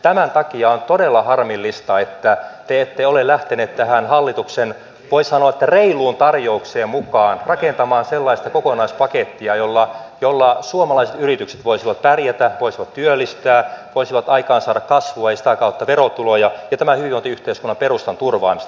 tämän takia on todella harmillista että te ette ole lähteneet tähän hallituksen voi sanoa reiluun tarjoukseen mukaan rakentamaan sellaista kokonaispakettia jolla suomalaiset yritykset voisivat pärjätä voisivat työllistää voisivat aikaansaada kasvua ja sitä kautta verotuloja ja tämän hyvinvointiyhteiskunnan perustan turvaamista